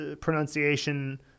pronunciation